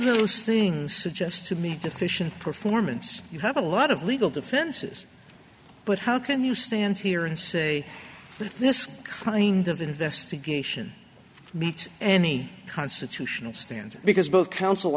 those things suggests to me deficient performance you have a lot of legal defenses but how can you stand here and say that this kind of investigation beats and constitutional stand because both coun